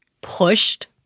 pushed